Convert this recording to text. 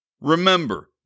Remember